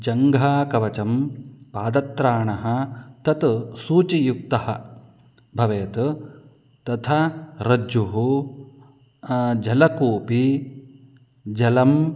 जङ्घाकवचं पादत्राणं तत् सूचीयुक्तं भवेत् तथा रज्जुः जलकूपी जलं